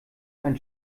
ein